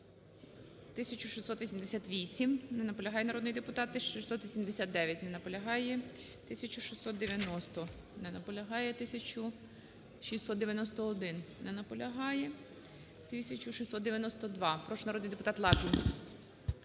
1688. Не наполягає народний депутат. 1689. Не наполягає. 1690. Не наполягає. 1691. Не наполягає. 1692. Прошу, народний депутат Лапін.